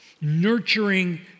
nurturing